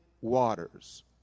waters